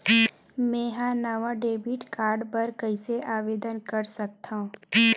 मेंहा नवा debit card बर कैसे आवेदन कर सकथव?